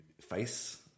face